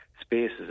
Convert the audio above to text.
spaces